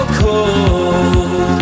cold